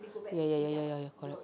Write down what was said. ya ya ya ya ya ya correct